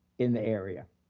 in the area.